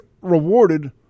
rewarded